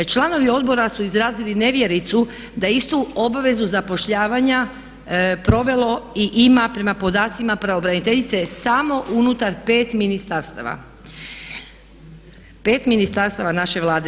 Članovi Odbora su izrazili nevjericu da istu obvezu zapošljavanja provelo i ima prema podacima pravobraniteljice samo unutar pet ministarstava, pet ministarstava naše Vlade.